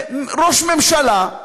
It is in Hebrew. ראש ממשלה,